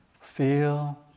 feel